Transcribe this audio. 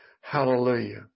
Hallelujah